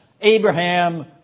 Abraham